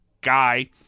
guy